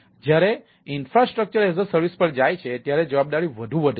જ્યારે તે IaaS પર જાય છે ત્યારે જવાબદારી વધુ વધે છે